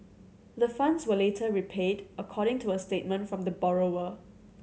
the funds were later repaid according to a statement from the borrower